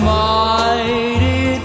mighty